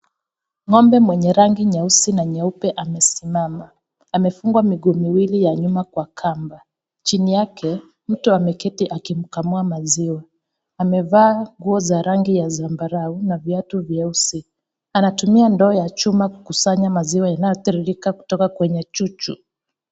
Ng'ombe mwenye rangi nyeusi na nyeupe amesimama. Amefungwa miguu miwili ya nyuma kwa kamba, chini yake mtu ameketi akimkamua maziwa. Amevaa nguo za rangi ya zambarau na viatu vieusi. Anatumia ndoo ya chuma kukusanya maziwa yanayotiririka kutoka kwenye chuchu.